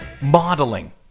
modeling